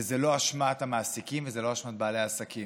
וזה לא באשמת המעסיקים וזה לא באשמת בעלי העסקים.